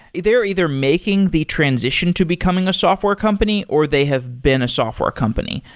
they're either making the transition to becoming a software company, or they have been a software company.